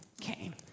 came